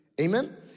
Amen